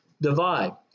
divide